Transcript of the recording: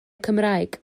cymraeg